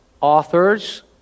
authors